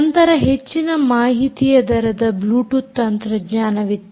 ನಂತರ ಹೆಚ್ಚಿನ ಮಾಹಿತಿಯ ದರದ ಬ್ಲೂಟೂತ್ ತಂತ್ರಜ್ಞಾನವಿತ್ತು